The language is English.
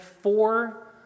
four